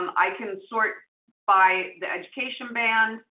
um i can sort by the education band,